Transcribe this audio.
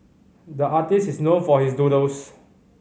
the artist is known for his doodles